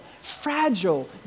fragile